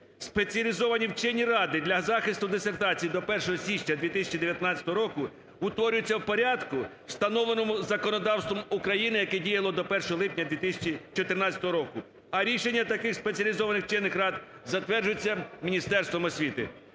Спеціалізовані вчені ради для захисту дисертацій до 1 січня 2019 року утворюються в порядку, встановленому законодавством України, яке діяло до 1 липня 2014 року, а рішення таких спеціалізованих вчених рад затверджується Міністерством освіти.